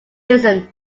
listen